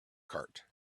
cart